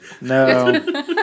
No